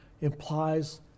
implies